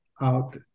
out